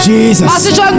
Jesus